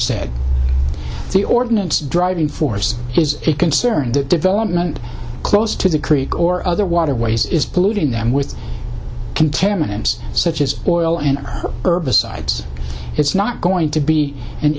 said the ordinance driving force is a concern that development close to the creek or other waterways is polluting them with contaminants such as oil and herbicides it's not going to be an